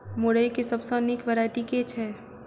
मुरई केँ सबसँ निक वैरायटी केँ छै?